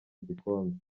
igikombe